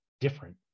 different